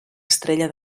estrella